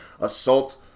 Assault